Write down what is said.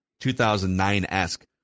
2009-esque